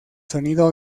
sonido